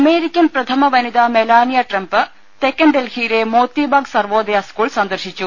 American പ്രഥമവനിത Melania Trump തെക്കൻ ഡൽഹിയിലെ മോത്തിബാഗ് സർവോദയ സ്കൂൾ സന്ദർശി ച്ചു